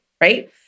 Right